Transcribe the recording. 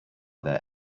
their